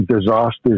disasters